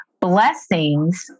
Blessings